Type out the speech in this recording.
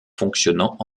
fonctionnant